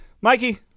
Mikey